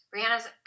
Brianna's